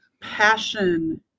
Passion